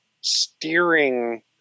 steering